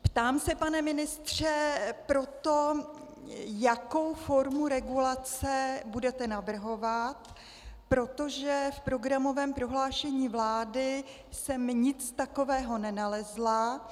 Ptám se proto, pane ministře, jakou formu regulace budete navrhovat, protože v programovém prohlášení vlády jsem nic takového nenalezla.